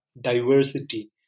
diversity